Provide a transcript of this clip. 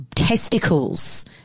testicles